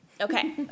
Okay